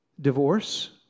divorce